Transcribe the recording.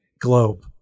globe